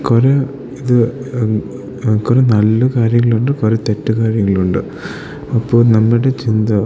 കുറെ ഇത് കുറെ നല്ല കാര്യങ്ങളുണ്ട് കുറെ തെറ്റ് കാര്യങ്ങളുണ്ട് അപ്പോൾ നമ്മുടെ ചിന്ത